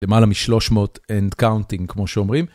למעלה משלוש מאות אנד קאונטינג כמו שאומרים.